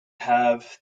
have